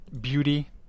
beauty